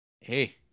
Hey